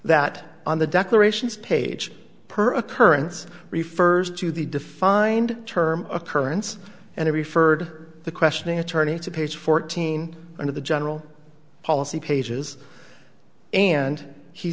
that on the declarations page per occurrence refers to the defined term occurrence and i referred the questioning attorney to page fourteen of the general policy pages and he